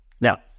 Now